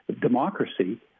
democracy